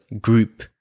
group